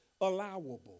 allowable